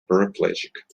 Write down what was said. paraplegic